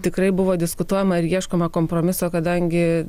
tikrai buvo diskutuojama ir ieškoma kompromiso kadangi